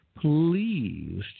Please